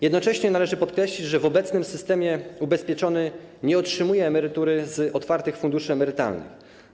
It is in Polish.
Jednocześnie należy podkreślić, że w obecnym systemie ubezpieczony nie otrzymuje emerytury z otwartych funduszy emerytalnych.